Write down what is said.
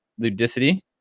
ludicity